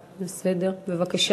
בבקשה.